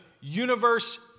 universe